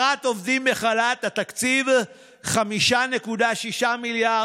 אני עמדתי פה לפני חמישה חודשים ושמתי את הצעת חוק דמי אבטלה